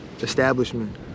establishment